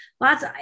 lots